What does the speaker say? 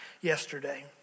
yesterday